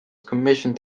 commissioned